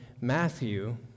Matthew